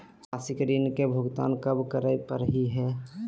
मासिक ऋण के भुगतान कब करै परही हे?